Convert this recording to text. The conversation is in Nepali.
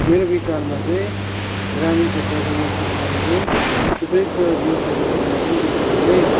मेरो विचारमा चाहिँ ग्रामीण क्षेत्रको यो पुस्ताले चाहिँ उपयुक्त जीवनसाथी पाउन चाहिँ त्यस्तो धेरै